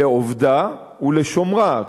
"לעבדה ולשמרה",